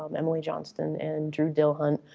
um emily johnston and drew dillhunt.